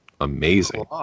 amazing